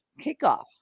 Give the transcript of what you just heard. kickoff